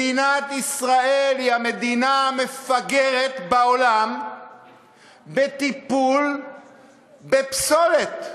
מדינת ישראל היא המדינה המפגרת בעולם בטיפול בפסולת.